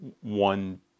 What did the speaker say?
one